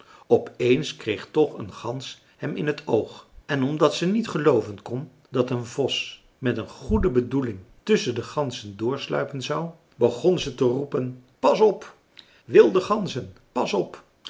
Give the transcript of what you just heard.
op eens kreeg toch een gans hem in t oog en omdat ze niet gelooven kon dat een vos met een goede bedoeling tusschen de ganzen doorsluipen zou begon ze te roepen pas op wilde ganzen pas op